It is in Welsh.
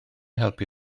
helpu